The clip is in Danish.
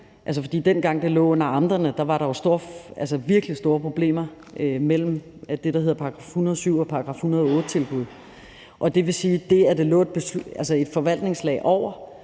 af. Dengang det lå under amterne, var der jo virkelig store problemer mellem det, der hedder § 107- og § 108-tilbud, og det vil sige, at det, at det lå et forvaltningslag over,